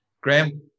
Graham